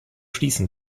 schließen